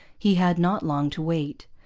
he had not long to wait.